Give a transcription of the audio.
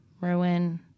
ruin